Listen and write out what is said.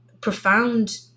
profound